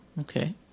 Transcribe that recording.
Okay